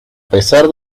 pesar